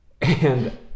and-